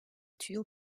tuyau